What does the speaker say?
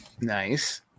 Nice